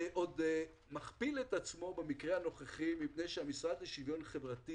זה עוד מכפיל את עצמו במקרה הנוכחי מפני שהמשרד לשוויון חברתי